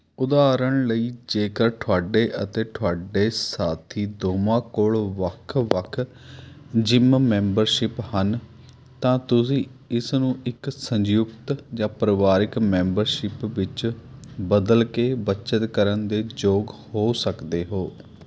ਉਦਾਹਰਨ ਲਈ ਜੇਕਰ ਤੁਹਾਡੇ ਅਤੇ ਤੁਹਾਡੇ ਸਾਥੀ ਦੋਵਾਂ ਕੋਲ਼ ਵੱਖ ਵੱਖ ਜਿੰਮ ਮੈਂਬਰਸ਼ਿਪ ਹਨ ਤਾਂ ਤੁਸੀਂ ਇਸ ਨੂੰ ਇੱਕ ਸੰਯੁਕਤ ਜਾਂ ਪਰਿਵਾਰਕ ਮੈਂਬਰਸ਼ਿਪ ਵਿੱਚ ਬਦਲ ਕੇ ਬੱਚਤ ਕਰਨ ਦੇ ਯੋਗ ਹੋ ਸਕਦੇ ਹੋ